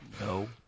No